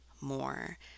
more